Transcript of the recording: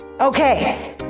Okay